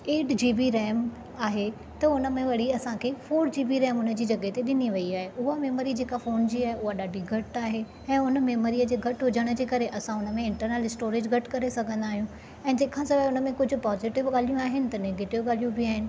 eight G B RAM आहे त उन में वरी असांखें फोर जी बी रैम उनजी जॻहि ते ॾिनी वई आहे उहा मैमरी जेका फ़ोन जी आए उहा ॾाढी घटि आहे ऐं उन मैमरीअ जे घटि हुजणि जे करे असां उन में इंटरनल स्टोरेज़ घटि करे सघंदा आहियूं ऐं जंहिंखा सवाइ उन में कुझु पॉजिटिव ॻाल्हियूं आहिनि त नैगेटिव ॻाल्हियूं बि आहिनि